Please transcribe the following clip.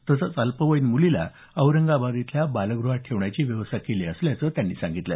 तसंच अल्पवयीन मुलीला औरंगाबाद इथल्या बालगृहात ठेवण्याची व्यवस्था केली असल्याचं त्यांनी सांगितलं